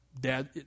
Dad